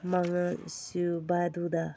ꯃꯉꯥꯁꯨꯕꯗꯨꯗ